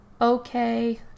okay